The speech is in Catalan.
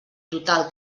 total